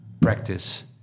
practice